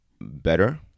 better